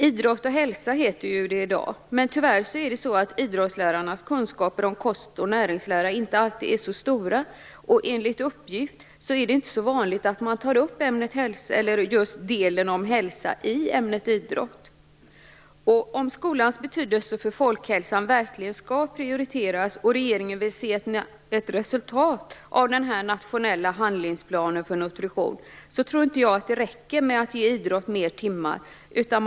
Idrott och hälsa heter det i dag, men tyvärr är inte alltid idrottslärarnas kunskaper om kost och näringslära så stora. Enligt uppgift är det inte så vanligt att man tar upp området hälsa i ämnet idrott. Om skolans betydelse för folkhälsan verkligen skall prioriteras och regeringen vill se ett resultat av den nationella handlingsplanen för nutrition tror jag inte att det räcker med att ämnet idrott får mer timmar.